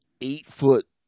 eight-foot